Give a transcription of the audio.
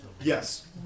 Yes